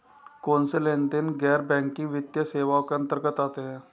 कौनसे लेनदेन गैर बैंकिंग वित्तीय सेवाओं के अंतर्गत आते हैं?